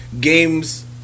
games